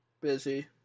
busy